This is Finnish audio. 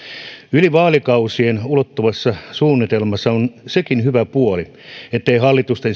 yli vaalikausien ulottuvassa suunnitelmassa on sekin hyvä puoli etteivät hallitusten